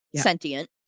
sentient